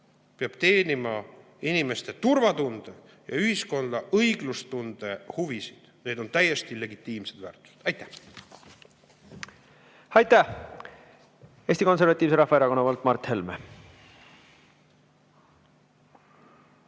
peab teenima inimeste turvatunde ja ühiskonna õiglustunde huvisid, need on täiesti legitiimsed väärtused. Aitäh! Aitäh! Eesti Konservatiivse Rahvaerakonna poolt Mart Helme.